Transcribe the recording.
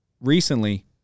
recently